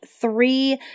three